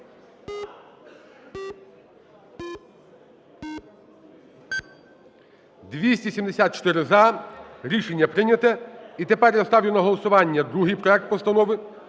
За-274 Рішення прийнято. І тепер я ставлю на голосування другий проект Постанови